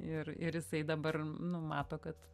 ir ir jisai dabar nu mato kad